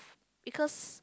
because